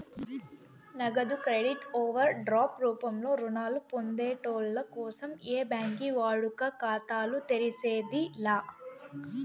నగదు credit over drop రూపంలో రుణాలు పొందేటోళ్ళ కోసం ఏ బ్యాంకి వాడుక ఖాతాలు తెర్సేది లా